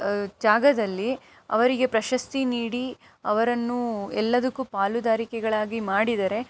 ಜಾಗದಲ್ಲಿ ಅವರಿಗೆ ಪ್ರಶಸ್ತಿ ನೀಡಿ ಅವರನ್ನು ಎಲ್ಲದಕ್ಕೂ ಪಾಲುದಾರಿಕೆಗಳಾಗಿ ಮಾಡಿದರೆ